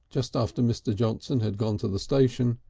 just after mr. johnson had gone to the station,